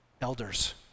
Elders